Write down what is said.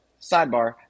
sidebar